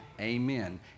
amen